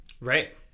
Right